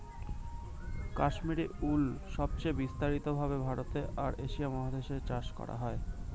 Kashmiri wool সবচেয়ে বিস্তারিত ভাবে ভারতে আর এশিয়া মহাদেশে চাষ করা হয়